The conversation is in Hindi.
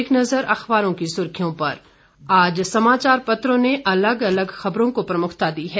एक नज़र अखबारों की सुर्खियों पर आज समाचार पत्रों ने अलग अलग खबरों को प्रमुखता दी है